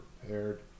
prepared